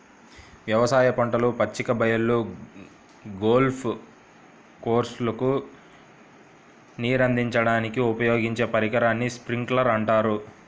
వ్యవసాయ పంటలు, పచ్చిక బయళ్ళు, గోల్ఫ్ కోర్స్లకు నీరందించడానికి ఉపయోగించే పరికరాన్ని స్ప్రింక్లర్ అంటారు